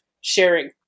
sharing